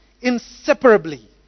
inseparably